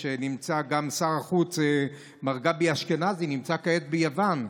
שר החוץ מר גבי אשכנזי נמצא כעת ביוון,